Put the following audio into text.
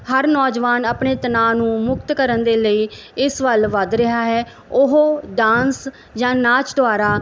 ਹਰ ਨੌਜਵਾਨ ਆਪਣੇ ਤਣਾਅ ਨੂੰ ਮੁਕਤ ਕਰਨ ਦੇ ਲਈ ਇਸ ਵੱਲ ਵੱਧ ਰਿਹਾ ਹੈ ਉਹ ਡਾਂਸ ਜਾਂ ਨਾਚ ਦੁਆਰਾ